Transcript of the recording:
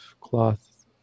cloth